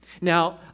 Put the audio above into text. Now